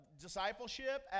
discipleship